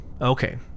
okay